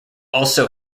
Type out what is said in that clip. also